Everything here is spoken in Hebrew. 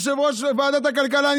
יושב-ראש ועדת הכלכלה,